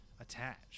attached